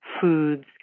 foods